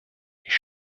ich